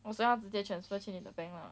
orh 所以他直接 transfer 去你的 bank lah